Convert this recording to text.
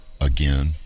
again